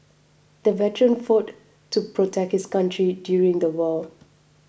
the veteran fought to protect his country during the war